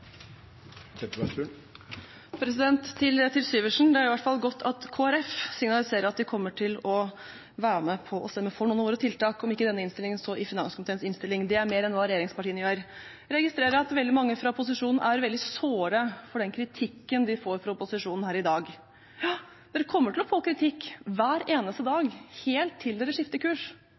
i hvert fall godt at Kristelig Folkeparti signaliserer at de kommer til å være med på å stemme for noen av våre tiltak, om ikke i denne innstillingen, så i finanskomiteens innstilling. Det er mer enn hva regjeringspartiene gjør. Jeg registrerer at veldig mange fra posisjonen er veldig såre over den kritikken de får fra opposisjonen her i dag. Dere kommer til å få kritikk hver eneste dag, helt til dere